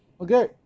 Okay